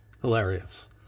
Hilarious